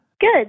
Good